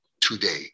today